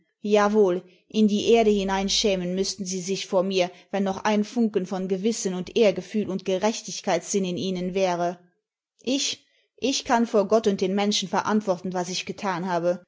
in die erde hinein schämen müßten sie sich vor mir wenn noch ein funken von gewissen und ehrgefühl und gerechtigkeitssinn in ihnen wäre ich ich kann vor gott und den menschen verantworten was ich getan habe